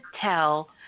tell